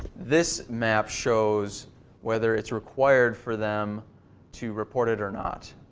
this map shows whether it's required for them to report it or not.